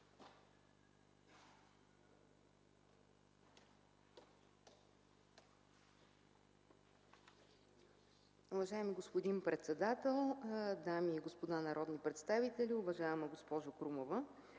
Уважаеми господин председател, дами и господа народни представители! Уважаеми господин Миков,